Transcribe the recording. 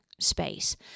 space